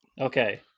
Okay